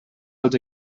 als